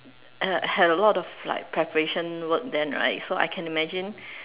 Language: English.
uh had a lot of like preparation work then right so I can imagine